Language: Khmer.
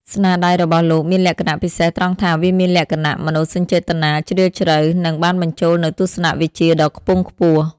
ស្នាដៃរបស់លោកមានលក្ខណៈពិសេសត្រង់ថា វាមានលក្ខណៈមនោសញ្ចេតនាជ្រាលជ្រៅ និងបានបញ្ចូលនូវទស្សនៈវិជ្ជាដ៏ខ្ពង់ខ្ពស់។